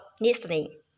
listening